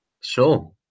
Sure